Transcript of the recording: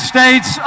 States